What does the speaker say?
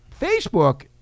Facebook